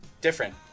Different